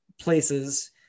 places